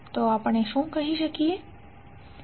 તો આપણે શું કહી શકીએ